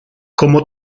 como